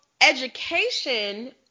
education